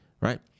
right